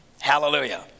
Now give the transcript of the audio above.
Hallelujah